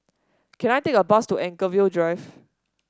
can I take a bus to Anchorvale Drive